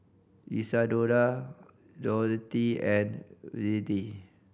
Isadora Dorothea and Reilly